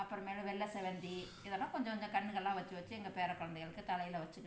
அப்புரமேலு வெள்ளை செவ்வந்தி இதெல்லாம் கொஞ்ச கொஞ்சம் கன்றுகல்லாம் வச்சு வச்சு எங்கள் பேரக் குழந்தைகளுக்கு தலையில் வச்சுக்கிட்டு